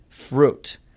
fruit